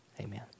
amen